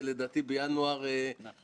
בסוף הלכנו לבחירות והספקנו.